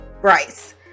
Bryce